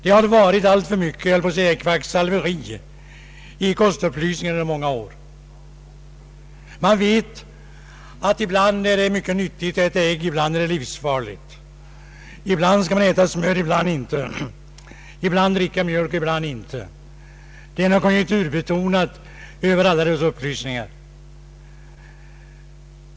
Det har varit alltför mycket, jag höll på att säga, kvacksalveri i kostupplysningen under många år. Vi vet ati det ibland är mycket nyttigt att äta ägg och ibland är det livsfarligt. Ibland skall man äta smör, ibland inte. Ibland skall man dricka mjölk, ibland inte. Det är något konjunkturbetonat över alla dessa upplysningar.